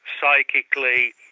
psychically